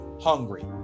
hungry